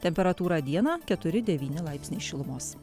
temperatūra dieną keturi devyni laipsniai šilumos